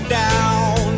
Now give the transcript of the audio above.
down